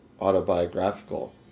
autobiographical